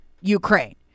Ukraine